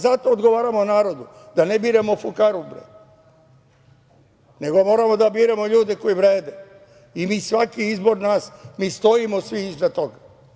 Zato odgovaramo narodu da ne biramo fukaru nego moramo da biramo ljude koji vrede i svaki izbor nas mi stojimo iza toga.